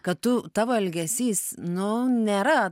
kad tu tavo elgesys nu nėra